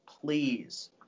Please